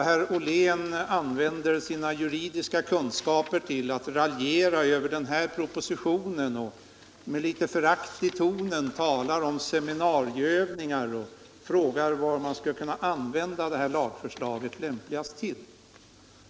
Herr Ollén utnyttjar sina juridiska kunskaper till att raljera över propositionen, talar med litet förakt i tonen om seminarieövningar och frågar vad man lämpligast skulle kunna använda det här lagförslaget till.